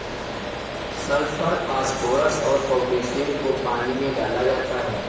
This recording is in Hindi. सल्फर फास्फोरस और पोटैशियम को पानी में डाला जाता है